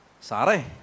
Sare